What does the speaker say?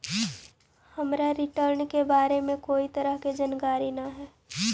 हमरा रिटर्न के बारे में कोई तरह के जानकारी न हे